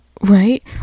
Right